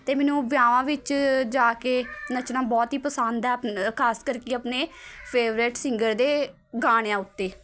ਅਤੇ ਮੈਨੂੰ ਵਿਆਵਾਂ ਵਿੱਚ ਜਾ ਕੇ ਨੱਚਣਾ ਬਹੁਤ ਹੀ ਪਸੰਦ ਹੈ ਖਾਸ ਕਰਕੇ ਆਪਣੇ ਫੇਵਰੇਟ ਸਿੰਗਰ ਦੇ ਗਾਣਿਆਂ ਉੱਤੇ